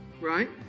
right